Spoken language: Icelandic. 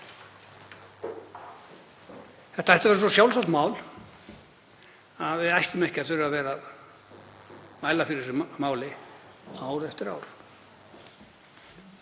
Þetta ætti að vera svo sjálfsagt mál að við ættum ekki að þurfa að vera mæla fyrir þessu máli ár eftir ár